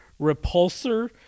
repulsor